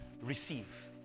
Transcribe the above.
Receive